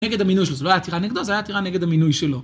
נגד המינוי שלו, זה לא היה עתירה נגדו, זה היה עתירה נגד המינוי שלו.